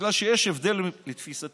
בגלל שיש הבדל, לתפיסתי,